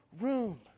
room